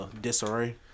disarray